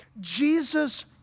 Jesus